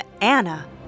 Anna